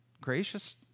gracious